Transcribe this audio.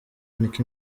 nick